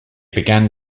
began